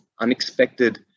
unexpected